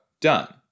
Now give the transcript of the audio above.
Done